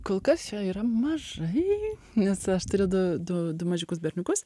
kol kas jo yra mažai nes aš turiu du du mažiukus berniukus